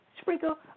sprinkle